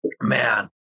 man